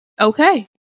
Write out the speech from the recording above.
Okay